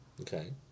Okay